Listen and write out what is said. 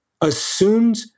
assumed